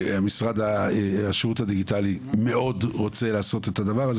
משרד השירות הדיגיטלי מאוד רוצה לעשות את זה,